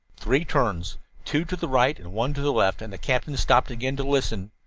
three turns two to the right and one to the left and the captain stopped again to listen.